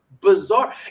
bizarre